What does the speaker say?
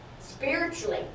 spiritually